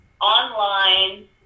Online